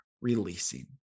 releasing